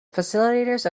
facilitators